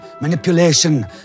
manipulation